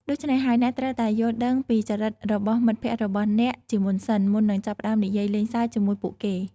ដូច្នេះហើយ អ្នកត្រូវតែយល់ដឹងពីចរិតរបស់មិត្តភក្តិរបស់អ្នកជាមុនសិន មុននឹងចាប់ផ្តើមនិយាយលេងសើចជាមួយពួកគេ។